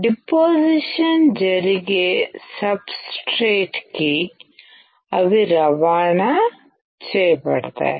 deposition జరిగే సబ్ స్ట్రేట్కి అవి రవాణా చేయబడతాయి